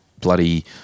bloody